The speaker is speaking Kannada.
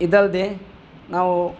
ಇದಲ್ಲದೇ ನಾವು